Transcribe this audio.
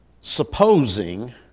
supposing